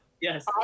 Yes